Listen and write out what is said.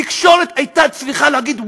התקשורת הייתה צריכה להגיד,